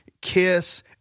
Kiss